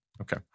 Okay